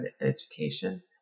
education